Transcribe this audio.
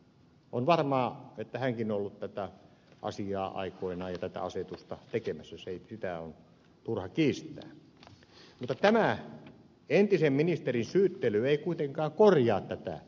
on varmaa että hänkin on ollut tätä asiaa ja tätä asetusta aikoinaan tekemässä sitä on turha kiistää mutta tämä entisen ministerin syyttely ei kuitenkaan korjaa tätä tilannetta